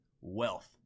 wealth